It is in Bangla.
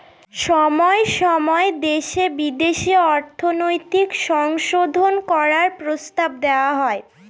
সময় সময় দেশে বিদেশে অর্থনৈতিক সংশোধন করার প্রস্তাব দেওয়া হয়